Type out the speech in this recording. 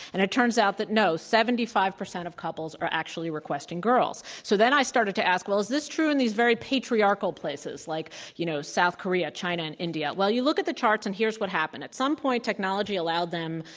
and it turns out that, no, seventy five percent of couples are actually requesting girls. so then i started to ask, well, is this true in these very patriarchal places like you know south korea, china and india? well, you look at the charts, and here's what happened. at some point, technology allowed them,